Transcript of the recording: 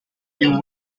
you